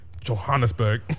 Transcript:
Johannesburg